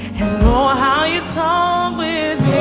oh, how you talk with